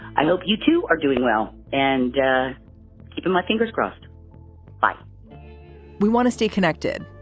i hope you two are doing well and yeah keeping my fingers crossed but we want to stay connected,